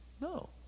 No